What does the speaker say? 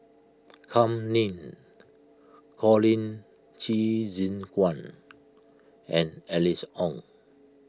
Kam Ning Colin Qi Zhe Quan and Alice Ong